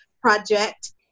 project